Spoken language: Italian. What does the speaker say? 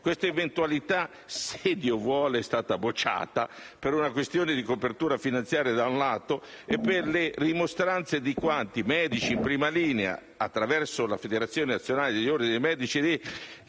Questa eventualità - se Dio vuole - è stata respinta per una questione di copertura finanziaria, da un lato, e per le rimostranze di quanti, medici in prima linea, attraverso la Federazione nazionale degli ordini dei medici